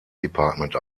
department